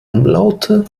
umlaute